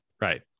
Right